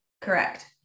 correct